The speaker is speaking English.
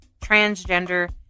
transgender